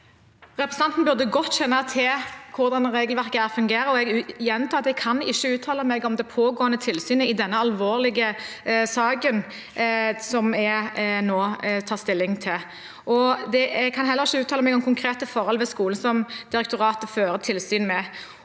Represen- tanten burde kjenne godt til hvordan regelverket her fungerer. Jeg gjentar at jeg ikke kan uttale meg om det pågående tilsynet i denne alvorlige saken det nå skal tas stilling til. Jeg kan heller ikke uttale meg om konkrete forhold ved skolen som direktoratet fører tilsyn med.